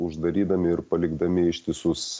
uždarydami ir palikdami ištisus